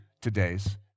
today's